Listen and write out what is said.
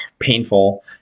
painful